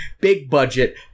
big-budget